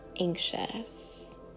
anxious